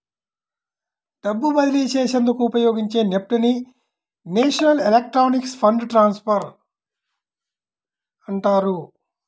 డబ్బు బదిలీ చేసేందుకు ఉపయోగించే నెఫ్ట్ ని నేషనల్ ఎలక్ట్రానిక్ ఫండ్ ట్రాన్స్ఫర్ అంటారు